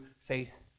faith